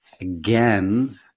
again